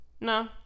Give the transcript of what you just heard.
No